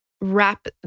wrap